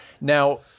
Now